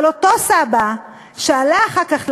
אבל אותו סבא, שעלה אחר כך לארץ,